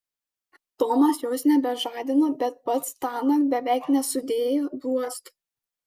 tomas jos nebežadino bet pats tąnakt beveik nesudėjo bluosto